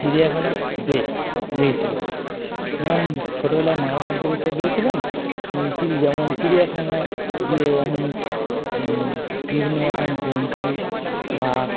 চিড়িয়াখানা বেস্ট লেগেছিলো যেমন ছোটোবেলায় মার হাত ধরে তো গিয়েছিলাম এই চিড়ি যেমন চিড়িয়াখানায় গিয়ে আমি বিভিন্ন রকম জন্তু বাঘ